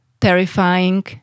terrifying